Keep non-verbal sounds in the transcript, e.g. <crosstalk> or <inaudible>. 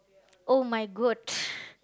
!oh-my-God! <breath>